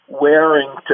wearing